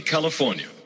California